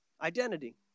Identity